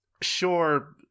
sure